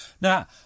Now